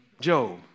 Job